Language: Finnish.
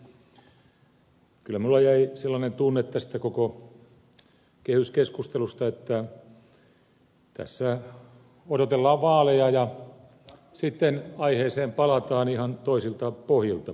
kyllä minulla jäi sellainen tunne tästä koko kehyskeskustelusta että tässä odotellaan vaaleja ja sitten aiheeseen palataan ihan toisilta pohjilta